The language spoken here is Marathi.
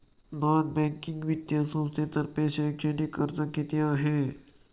नॉन बँकिंग वित्तीय संस्थांतर्फे शैक्षणिक कर्ज किती आहे?